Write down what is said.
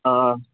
آ